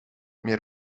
meer